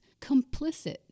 complicit